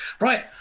Right